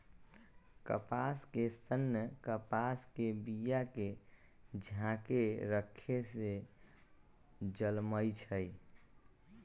कपास के सन्न कपास के बिया के झाकेँ रक्खे से जलमइ छइ